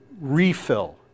Refill